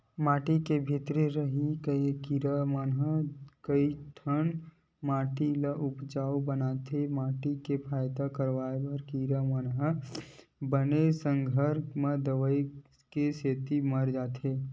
माटी के भीतरी के रहइया कीरा म कइठन माटी ल उपजउ बनाथे माटी के फायदा करइया कीरा मन ह बन के संघरा म दवई के सेती मर जाथे